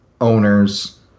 owners